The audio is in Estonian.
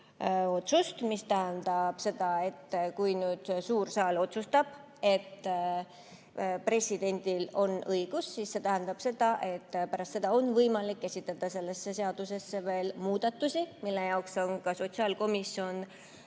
otsust. See tähendab seda, et kui nüüd suur saal otsustab, et presidendil on õigus, siis pärast seda on võimalik esitada sellesse seadusesse veel muudatusi, milleks on ka sotsiaalkomisjon